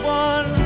one